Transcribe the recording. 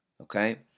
Okay